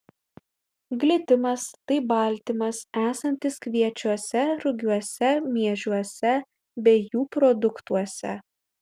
glitimas tai baltymas esantis kviečiuose rugiuose miežiuose bei jų produktuose